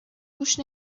گوش